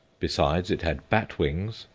besides, it had bat wings,